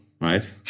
right